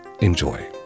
Enjoy